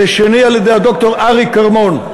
ושני על-ידי ד"ר אריק כרמון,